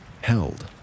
held